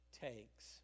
takes